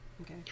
Okay